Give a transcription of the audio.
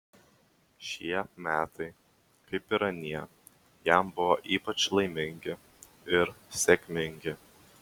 šie metai kaip ir anie jam buvo ypač laimingi ir sėkmingi